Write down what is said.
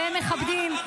והם מכבדים,